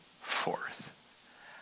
forth